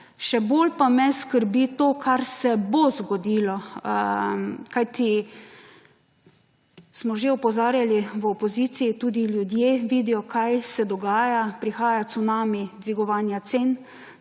Še bolj pa me skrbi to, kar se bo zgodilo. Kajti smo že opozarjali v opoziciji, tudi ljudje vidijo, kaj se dogaja. Prihaja cunami dvigovanja cen